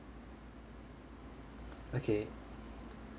okay